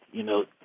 you know,